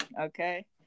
Okay